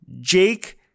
Jake